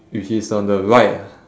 which is on the right